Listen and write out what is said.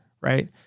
right